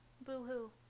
Boo-hoo